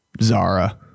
Zara